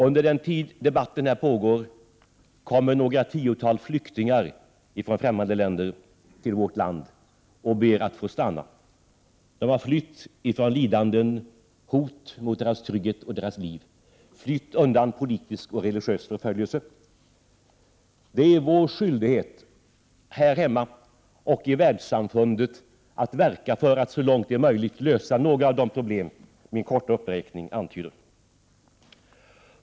Under den tid debatten här pågår kommer några tiotal flyktingar från främmande länder till vårt land och ber att få stanna. De har flytt från lidanden, hot mot deras trygghet och deras liv, flytt undan politisk och religiös förföljelse. Det är vår skyldighet här hemma och i världssamfundet att verka för att så långt det är möjligt lösa några av de problem min korta uppräkning antyder.